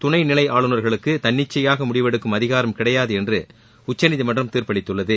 துணைநிலை ஆளுநர்களுக்கு தன்னிச்சையாக முடிவெடுக்கும் அதிகாரம் கிடையாது என்று உச்சநீதிமன்றம் தீர்ப்பளித்துள்ளது